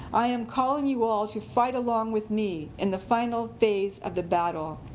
i am calling you all to fight along with me and the final phase of the battle.